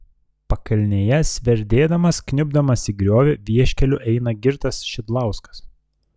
pakalnėje sverdėdamas kniubdamas į griovį vieškeliu eina girtas šidlauskas